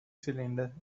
cylinder